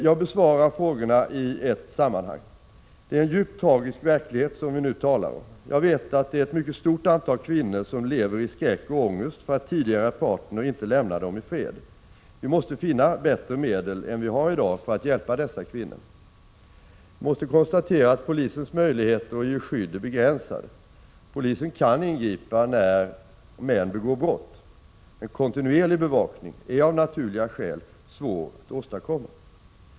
Jag besvarar frågorna i ett sammanhang. Det är en djupt tragisk verklighet som vi nu talar om. Jag vet att det är ett mycket stort antal kvinnor som lever i skräck och ångest för att tidigare partner inte lämnar dem i fred. Vi måste finna bättre medel än vi har i dag för att hjälpa dessa kvinnor. Vi måste konstatera att polisens möjligheter att ge skydd är begränsade. Polisen kan ingripa när män begår brott. Men kontinuerlig bevakning är av naturliga skäl svårt att åstadkomma.